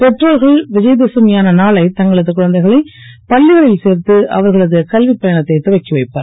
பெற்றோர்கள் விஜயதசமியான நாளை தங்களது குழந்தைகளை பள்ளிகளில் சேர்த்து அவர்களது கல்வி பயணத்தை துவக்கி வைப்பர்